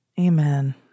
Amen